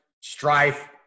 strife